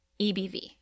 EBV